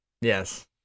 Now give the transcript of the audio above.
Yes